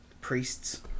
priests